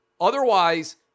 Otherwise